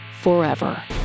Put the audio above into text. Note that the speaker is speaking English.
forever